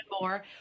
more